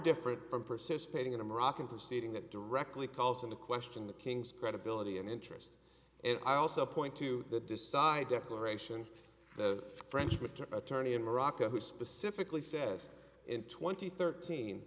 different from persist painting in a moroccan proceeding that directly calls into question the king's credibility and interests and i also point to the decide declaration the french attorney in morocco who specifically says in twenty thirteen